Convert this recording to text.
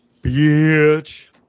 Bitch